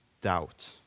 doubt